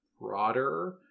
broader